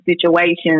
situations